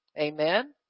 Amen